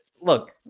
look